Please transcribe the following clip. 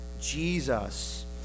Jesus